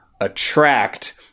attract